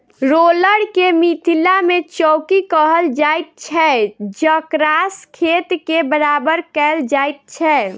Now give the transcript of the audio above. roller के मिथिला मे चौकी कहल जाइत छै जकरासँ खेत के बराबर कयल जाइत छै